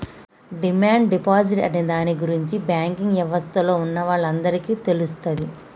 demand deposit అనే దాని గురించి బ్యాంకింగ్ యవస్థలో ఉన్నవాళ్ళకి అందరికీ తెలుస్తది